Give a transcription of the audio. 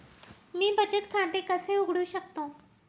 मी बचत खाते कसे उघडू शकतो?